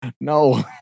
No